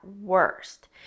worst